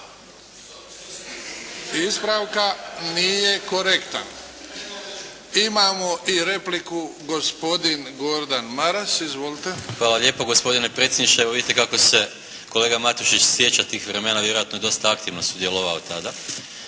ispravka nije korektan. Imamo i repliku, gospodin Gordan Maras. Izvolite. **Maras, Gordan (SDP)** Hvala lijepo gospodine predsjedniče. Evo vidite kako se kolega Matušić sjeća tih vremena. Vjerojatno je dosta aktivno sudjelovao tada.